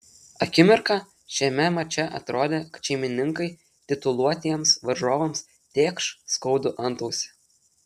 akimirką šiame mače atrodė kad šeimininkai tituluotiems varžovams tėkš skaudų antausį